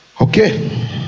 Okay